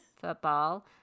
football